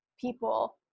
people